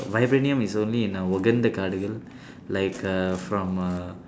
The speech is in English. vibranium is only in wakanda காடுகள்:kaadukal like uh from uh